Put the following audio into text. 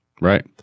Right